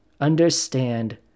understand